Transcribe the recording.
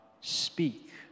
speak